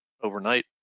overnight